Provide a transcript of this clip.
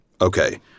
Okay